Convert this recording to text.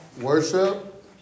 Worship